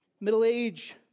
Middle-age